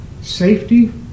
Safety